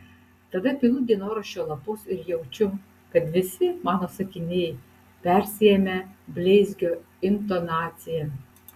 tada pilu dienoraščio lapus ir jaučiu kad visi mano sakiniai persiėmę bleizgio intonacija